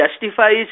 justifies